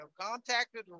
contacted